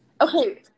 Okay